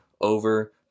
over